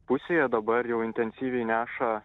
pusėje dabar jau intensyviai neša